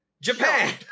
Japan